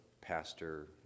pastor